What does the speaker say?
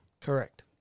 Correct